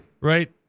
Right